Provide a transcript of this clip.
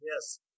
Yes